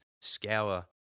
scour